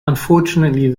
unfortunately